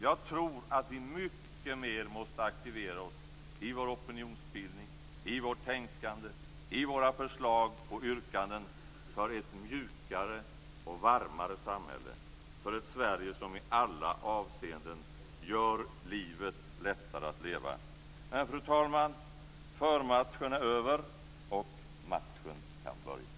Jag tror att vi mycket mer måste aktivera oss i vår opinionsbildning, i vårt tänkande och i våra förslag och yrkanden för ett mjukare och varmare samhälle, för ett Sverige som i alla avseenden gör livet lättare att leva. Men, fru talman, förmatchen är över, och matchen kan börja!